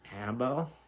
Annabelle